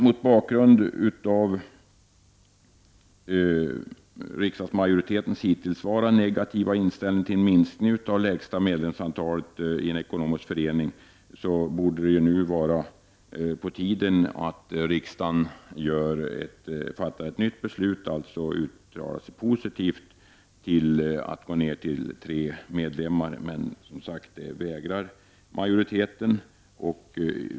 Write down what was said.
Mot bakgrund av riksdagsmajoritetens hittillsvarande negativa inställning till en minskning av lägsta antalet medlemmar i ekonomiska föreningar borde det nu vara på tiden att riksdagen fattar ett nytt beslut och alltså uttalar sig positivt till frågan om en sänkning till tre medlemmar. Detta vägrar alltså majoriteten att göra.